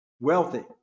wealthy